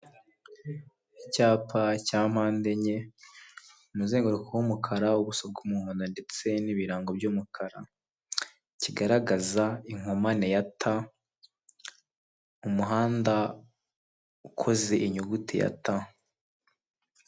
Icyapa cya mpande enye, umuzenguruko w'umukara, ubuso bw'umuhondo ndetse n'ibirango by'umukara, kigaragaza inkomane ya T, umuhanda ukoze inyuguti ya T.